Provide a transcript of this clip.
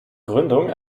gründung